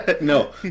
no